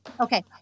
Okay